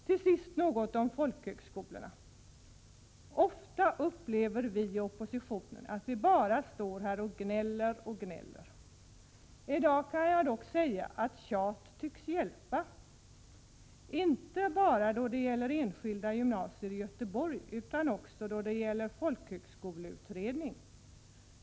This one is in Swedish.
Till sist något om folkhögskolorna. Ofta upplever vi i oppositionen att vi bara står här och gnäller. I dag kan jag dock säga att tjat tycks hjälpa, inte bara då det gäller enskilda gymnasier i Göteborg, utan också då det gäller frågan om en folkhögskoleutredning.